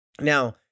Now